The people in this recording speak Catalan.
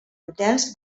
hotels